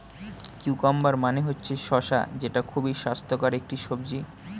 cucumber মানে হচ্ছে শসা যেটা খুবই স্বাস্থ্যকর একটি সবজি